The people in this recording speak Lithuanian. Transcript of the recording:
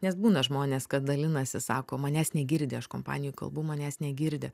nes būna žmonės kad dalinasi sako manęs negirdi aš kompanijoj kalbu manęs negirdi